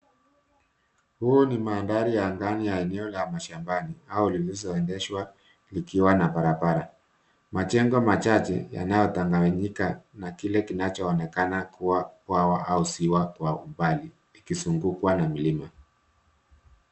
Huu ni mandhari ya ndani ya eneo la mashambani au zilizoendeshwa likiwa na barabara. Majengo machache yanayotanganyika na kile kinachoonekana kuwa bwawa au ziwa kwa umbali likizungukwa na milima.